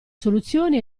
soluzioni